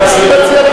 אבל אם אתה מציע,